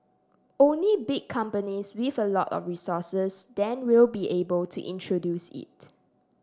only big companies with a lot of resources then will be able to introduce it